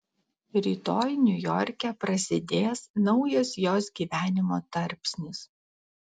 rytoj niujorke prasidės naujas jos gyvenimo tarpsnis